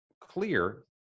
clear